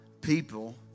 people